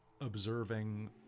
observing